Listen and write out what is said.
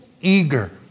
eager